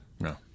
no